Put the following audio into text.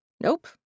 Nope